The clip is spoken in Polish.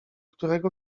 którego